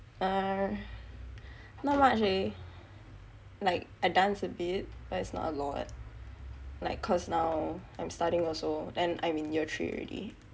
uh not much eh like I dance a bit but it's not a lot like cause now I'm studying also and I am in year three already